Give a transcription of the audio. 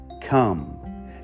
Come